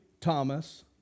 Thomas